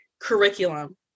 curriculum